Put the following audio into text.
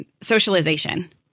socialization